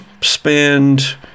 spend